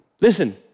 Listen